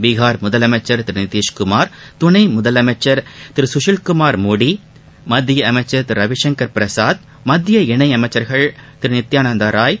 பீஹார் முதலமைச்சர் திரு நிதிஷ்குமார் துணை முதலமைச்சர் திரு சுஷில்குமார் மோடி மத்திய அமைச்சர் திரு ரவிசங்கர் பிரசாத் மத்திய இணையமைச்சர்கள் திரு நித்யானந்தராய்